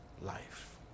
life